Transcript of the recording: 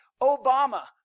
Obama